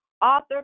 author